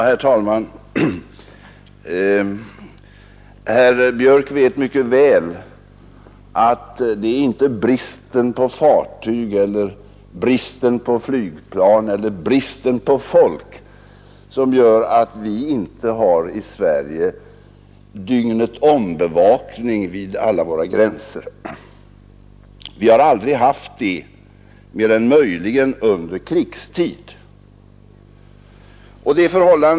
Herr talman! Herr Björck i Nässjö vet mycket väl att det inte är bristen på fartyg, bristen på flygplan eller bristen på folk som gör att vi i Sverige inte har dygnet-om-bevakning vid alla våra gränser. Vi har aldrig haft det, mer än möjligen under krigstid.